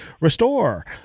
restore